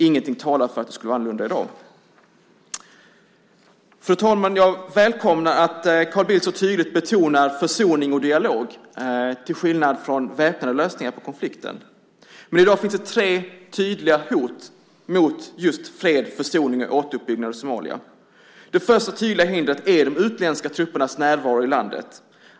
Ingenting talar för att det skulle vara annorlunda i dag. Fru talman! Jag välkomnar att Carl Bildt så tydligt betonar försoning och dialog till skillnad från väpnade lösningar på konflikten. Men i dag finns det tre tydliga hot mot just fred, försoning och återuppbyggnad i Somalia. Det första tydliga hindret är de utländska truppernas närvaro i landet.